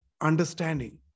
understanding